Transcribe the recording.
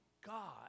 God